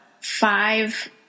five